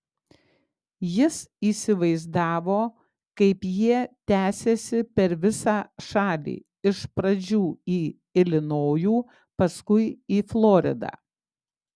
jis įsivaizdavo kaip jie tęsiasi per visą šalį iš pradžių į ilinojų paskui į floridą